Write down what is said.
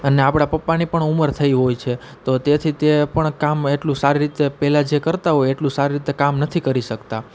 અને આપણા પપ્પાની પણ ઉંમર થઈ હોય છે તો તેથી તે પણ કામ એટલું સારી રીતે પહેલાં જે કરતાં હોય એટલું સારી રીતે કામ નથી કરી શકતા